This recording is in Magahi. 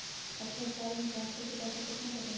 अछा साल मे ट्रांसफर के पैसा केतना कटेला?